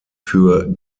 für